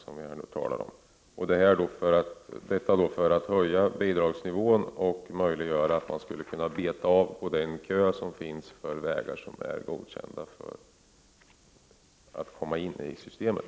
Detta var för att höja bidragsnivån och möjliggöra att beta av den kö som finns för vägar som är godkända för att tas med i systemet.